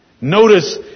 Notice